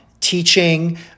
teaching